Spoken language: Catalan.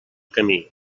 camí